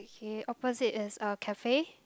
K opposite is a cafe